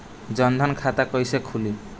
जनधन खाता कइसे खुली?